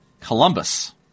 Columbus